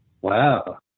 Wow